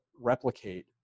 replicate